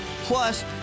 Plus